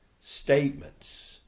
statements